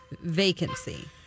Vacancy